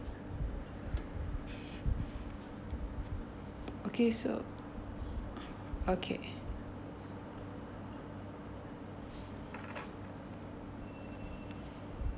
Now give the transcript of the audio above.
okay so okay